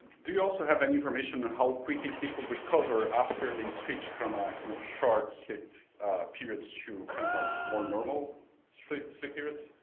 do you also have any information on how quickly people recover after they switch from ah kind of short sleep periods to kind of um more normal sleep sleep periods?